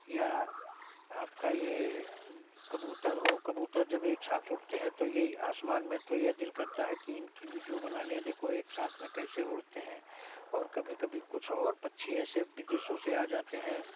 या आपका ये कबूतर हो कबूतर जब एक साथ उड़ते हैं तो ये आसमान में तो ये दिल करता है कि इनकी वीडियो बना लें देखो एक साथ में कैसे उड़ते हैं और कभी कभी कुछ और पक्षी ऐसे विदेशों से आ जाते हैं